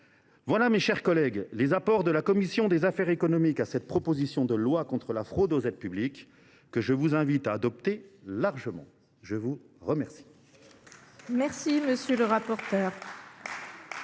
sont, mes chers collègues, les apports de la commission des affaires économiques à cette proposition de loi contre les fraudes aux aides publiques, que je vous invite à adopter largement. Très bien